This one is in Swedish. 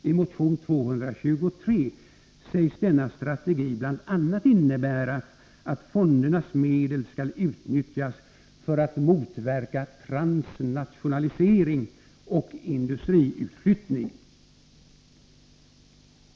I motion 223 sägs denna strategi bl.a. innebära att fondernas medel skall utnyttjas för att motverka transnationalisering och industriutflyttning. Herr talman!